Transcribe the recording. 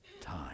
time